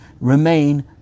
remain